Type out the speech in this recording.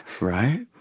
Right